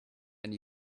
and